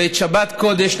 ואת שבת קודש,